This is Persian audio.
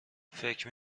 فکر